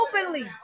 Openly